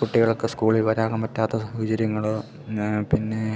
കുട്ടികൾക്ക് സ്കൂളിൽ വരാൻ പറ്റാത്ത സാഹചര്യങ്ങള് പിന്നെ പിന്നെ